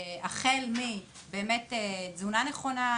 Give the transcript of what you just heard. החל מתזונה נכונה,